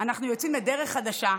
אנחנו יוצאים לדרך חדשה,